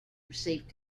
received